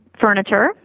furniture